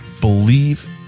believe